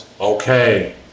Okay